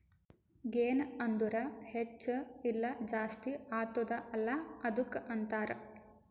ಗೆನ್ ಅಂದುರ್ ಹೆಚ್ಚ ಇಲ್ಲ ಜಾಸ್ತಿ ಆತ್ತುದ ಅಲ್ಲಾ ಅದ್ದುಕ ಅಂತಾರ್